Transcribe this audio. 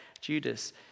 Judas